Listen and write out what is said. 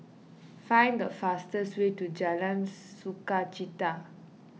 find the fastest way to Jalan Sukachita